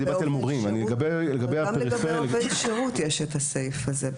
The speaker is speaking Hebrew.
אבל גם לגבי עובד שירות יש את הסעיף הזה,